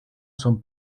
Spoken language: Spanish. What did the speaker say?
son